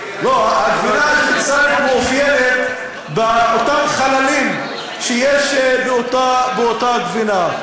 מאופיינת באותם חללים שיש באותה גבינה.